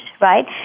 right